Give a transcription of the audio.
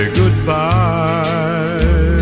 goodbye